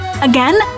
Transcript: Again